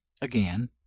again